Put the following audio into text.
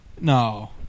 No